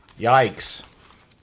Yikes